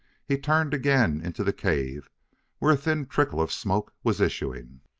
he turned again into the cave where a thin trickle of smoke was issuing.